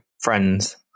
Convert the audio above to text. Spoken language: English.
friends